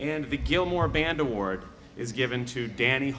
and the gilmore band award is given to danny